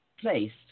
placed